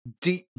deep